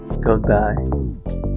goodbye